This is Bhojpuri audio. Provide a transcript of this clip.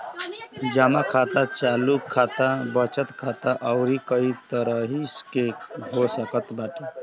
जमा खाता चालू खाता, बचत खाता अउरी कई तरही के हो सकत बाटे